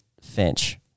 Finch